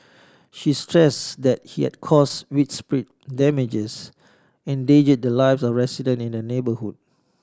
she stress the he had cause widespread damages and endangered the lives of residents in the neighbourhood